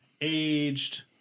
aged